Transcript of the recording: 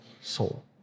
soul